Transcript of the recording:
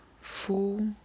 full